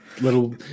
little